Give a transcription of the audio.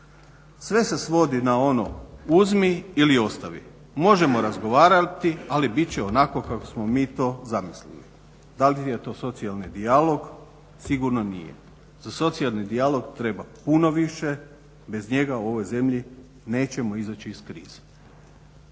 Sve se svodi na ono uzmi ili ostavi. Možemo razgovarati ali bit će onako kako smo mi to zamislili. Da li je to socijalni dijalog? Sigurno nije. Za socijalni dijalog treba puno više, bez njega u ovoj zemlji nećemo izaći iz krize.